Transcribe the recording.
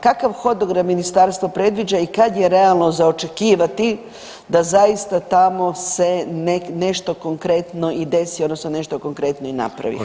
Kakav hodogram ministarstvo predviđa i kad je realno za očekivati da zaista tamo se nešto konkretno i desi, odnosno nešto konkretno i napravi?